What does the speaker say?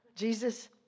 Jesus